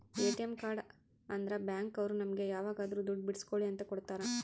ATM card ಅಂದ್ರ bank ಅವ್ರು ನಮ್ಗೆ ಯಾವಾಗದ್ರು ದುಡ್ಡು ಬಿಡ್ಸ್ಕೊಳಿ ಅಂತ ಕೊಡ್ತಾರ